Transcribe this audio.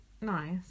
nice